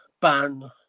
ban